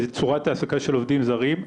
בצורת העסקה של עובדים זרים.